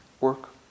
work